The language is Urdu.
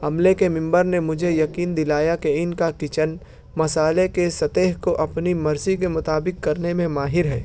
عملے کے ممبر نے مجھے یقین دلایا کہ ان کا کچن مسالے کے سطح کو اپنی مرضی کے مطابق کرنے میں ماہر ہے